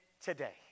today